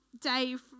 Dave